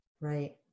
Right